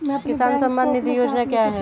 किसान सम्मान निधि योजना क्या है?